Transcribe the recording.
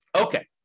Okay